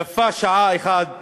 ויפה שעה אחת קודם.